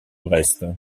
brest